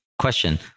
Question